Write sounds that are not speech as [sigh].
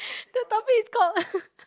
the topic is called [laughs]